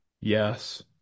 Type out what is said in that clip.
Yes